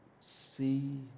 see